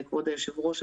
כבוד היושב-ראש,